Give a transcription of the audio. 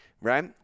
right